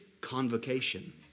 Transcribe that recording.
convocation